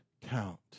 count